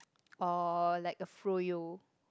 or like a Froyo